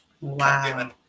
Wow